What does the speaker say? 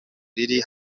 riri